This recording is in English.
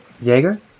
Jaeger